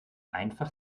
einfach